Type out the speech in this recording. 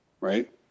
Right